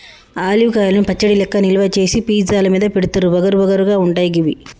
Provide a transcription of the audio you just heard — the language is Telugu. ఆలివ్ కాయలను పచ్చడి లెక్క నిల్వ చేసి పిజ్జా ల మీద పెడుతారు వగరు వగరు గా ఉంటయి గివి